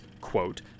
quote